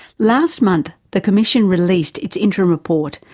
last month, the commission released its interim report,